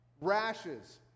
rashes